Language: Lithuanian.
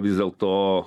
vis dėlto